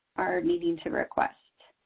are needing to request.